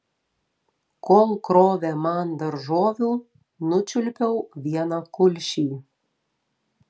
kol krovė man daržovių nučiulpiau vieną kulšį